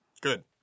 Good